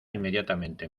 inmediatamente